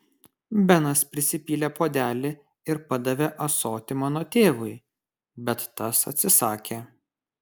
benas prisipylė puodelį ir padavė ąsotį mano tėvui bet tas atsisakė